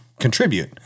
contribute